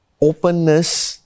openness